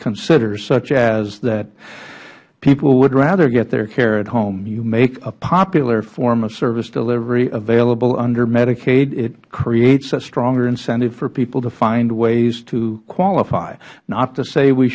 consider such as people would rather get their care at home you make a popular form of service delivery available under medicaid it creates a stronger incentive for people to find ways to qualify not to say we